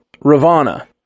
Ravana